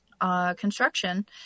construction